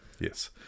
Yes